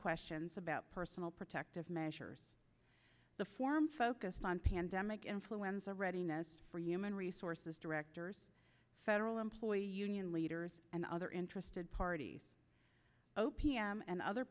questions about personal protective measures the form focus on pandemic influenza readiness for human resources directors federal employee union leaders and other interested parties o p m and other